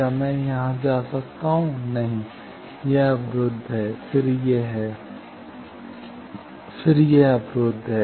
क्या मैं यहां जा सकता हूं नहीं यह अवरुद्ध है फिर यह है फिर यह अवरुद्ध है